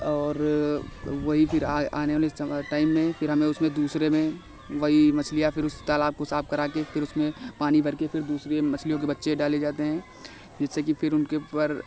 और वही फिर आ आने वाले सम टाइम में फिर हमें उसमें दूसरे में वही मछलियाँ फिर उस तालाब को साफ़ करा कर फिर उसमें पानी भर के फिर दूसरे मछलियों इ बच्चे डाले जाते हैं जिससे कि फिर उनके ऊपर